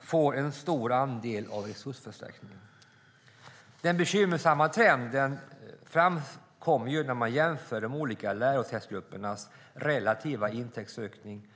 får en stor andel av resursförstärkningen. Den bekymmersamma trenden framkommer när man jämför de olika lärosätesgruppernas relativa intäktsökning.